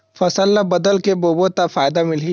फसल ल बदल के बोबो त फ़ायदा मिलही?